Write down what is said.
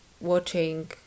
watching